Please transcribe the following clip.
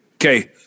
Okay